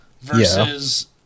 Versus